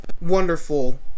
wonderful